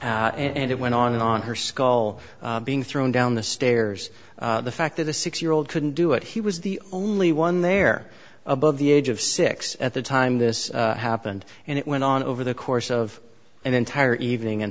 forehead and it went on and on her skull being thrown down the stairs the fact that a six year old couldn't do it he was the only one there above the age of six at the time this happened and it went on over the course of an entire evening and